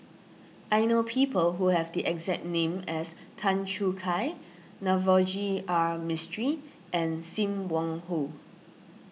I know people who have the exact name as Tan Choo Kai Navroji R Mistri and Sim Wong Hoo